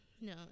no